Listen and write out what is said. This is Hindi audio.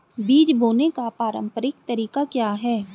बीज बोने का पारंपरिक तरीका क्या है?